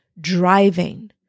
driving